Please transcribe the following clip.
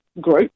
group